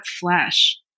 flesh